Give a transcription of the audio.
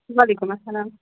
وعلیکُم اسلام